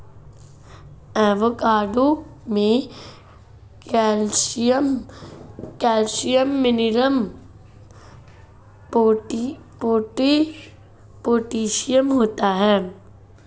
avocado में calcium magnesium potassium होता है